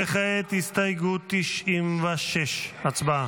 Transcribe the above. כעת הסתייגות 96. הצבעה.